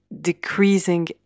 decreasing